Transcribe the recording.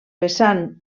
vessant